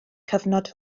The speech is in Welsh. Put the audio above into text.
cyfnod